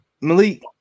Malik